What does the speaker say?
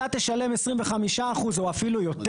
אתה תשלם 25 אחוז או אפילו יותר,